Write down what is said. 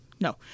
no